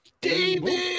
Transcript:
David